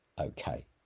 Okay